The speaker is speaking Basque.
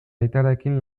aitarekin